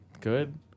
good